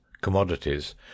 commodities